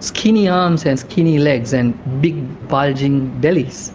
skinny arms and skinny legs and big bulging bellies.